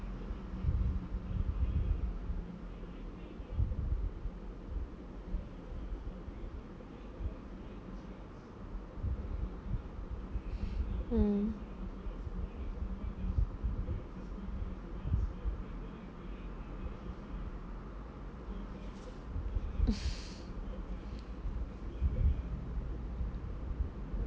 mm